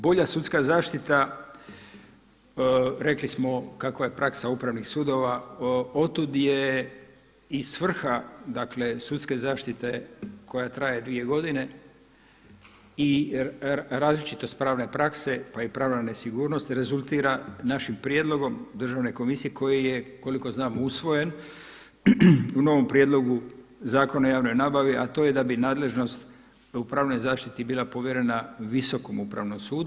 Bolja sudska zaštita rekli smo kakva je praksa upravnih sudova otud je i svrha, dakle sudske zaštite koja traje dvije godine i različitost pravne prakse, pa i pravna nesigurnost rezultira našim prijedlogom Državne komisije koji je koliko znam usvojen u novom Prijedlogu zakona o javnoj nabavi, a to je da bi nadležnost u pravnoj zaštiti bila povjerena Visokom upravnom sudu.